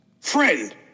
friend